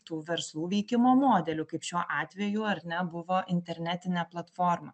tų verslų veikimo modeliu kaip šiuo atveju ar ne buvo internetinė platforma